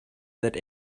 that